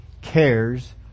cares